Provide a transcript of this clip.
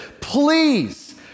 Please